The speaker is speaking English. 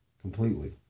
Completely